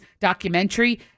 documentary